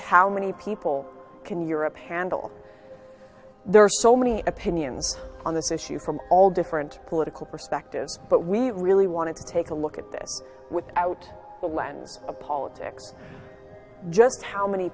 how many people can europe handle there are so many opinions on this issue from all different political perspectives but we really wanted to take a look at this without a lens apology just how many